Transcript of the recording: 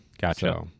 Gotcha